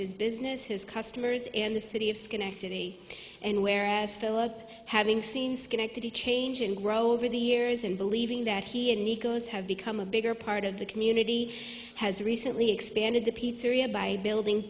his business his customers and the city of schenectady and whereas philip having seen schenectady change and grow over the years and believing that he and he goes have become a bigger part of the community has recently expanded the pizzeria by building